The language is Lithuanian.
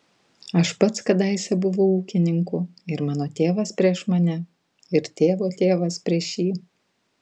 aš pats kadaise buvau ūkininku ir mano tėvas prieš mane ir tėvo tėvas prieš jį